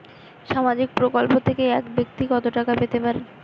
সামাজিক প্রকল্প থেকে এক ব্যাক্তি কত টাকা পেতে পারেন?